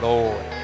Lord